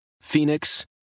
Phoenix